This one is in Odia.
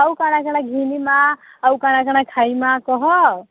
ଆଉ କା'ଣା କା'ଣା ଘିନ୍ମା ଆଉ କା'ଣା କା'ଣା ଖାଏମା କହ